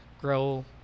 grow